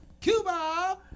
Cuba